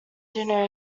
dinner